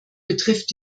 betrifft